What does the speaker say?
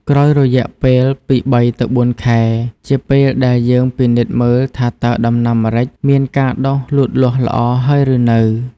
ក្រោយរយៈពេលពី ៣ទៅ៤ខែ ជាពេលដែលយើងពិនិត្យមើលថាតើ ដំណាំម្រេចមានការដុះលូតលាស់ល្អហើយឬនៅ។